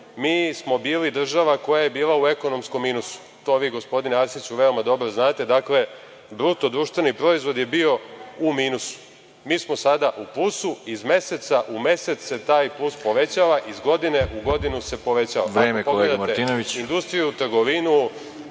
mi smo bili država koja je bila u ekonomskom minusu, to vi gospodine Arsiću veoma dobro znate. Dakle, BDP je bio u minusu. Mi smo sada u plusu, iz meseca u mesec se taj plus povećava, iz godine u godinu se povećava, ako pogledate